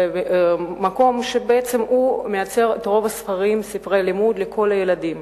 מקום שמייצר את רוב ספרי הלימוד לילדים.